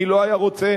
מי לא היה רוצה